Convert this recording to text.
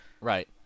right